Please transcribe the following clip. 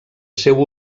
seu